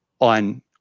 on